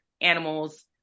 animals